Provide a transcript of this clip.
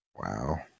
Wow